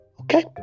Okay